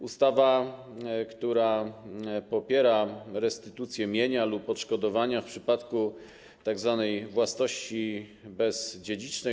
Ustawa, która popiera restytucję mienia lub odszkodowania w przypadku tzw. własności bezdziedzicznej.